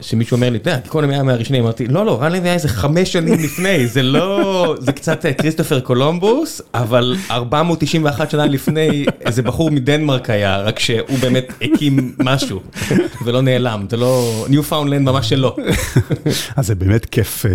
שמישהו אומר לי רן היה מהראשונים ואמרתי לא לא רן היה חמש שנים לפני זה לא זה קצת כריסטופר קולומבוס אבל 491 שנה לפני איזה בחור מדנמרק היה רק שהוא באמת הקים משהו ולא נעלם זה לא Newfoundland ממש שלו. אז זה באמת כיף.